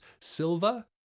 Silva